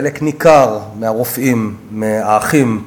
חלק ניכר מהרופאים, מהאחים,